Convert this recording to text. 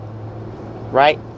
right